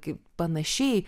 kaip panašiai